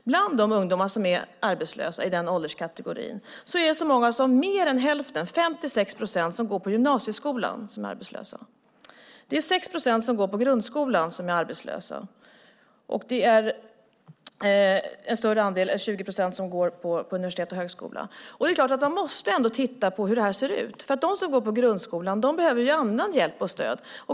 Bland de ungdomar i denna ålderskategori som är arbetslösa går mer än hälften, 56 procent, i gymnasieskolan, 6 procent i grundskolan och 20 procent på universitet och högskola. Man måste titta på hur det ser ut. De som går i grundskolan behöver annan hjälp och stöd.